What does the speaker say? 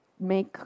make